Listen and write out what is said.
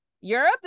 Europe